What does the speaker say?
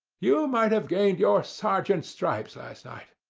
you might have gained your sergeant's stripes last night.